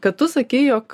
kad tu sakei jog